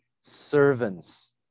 servants